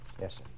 Yes